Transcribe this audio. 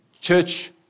church